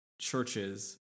churches